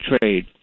trade